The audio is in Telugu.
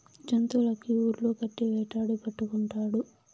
జంతులకి ఉర్లు కట్టి వేటాడి పట్టుకుంటారు